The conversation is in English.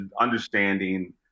understanding